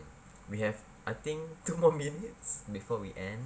we have I think two more minutes before we end